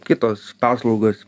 kitos paslaugos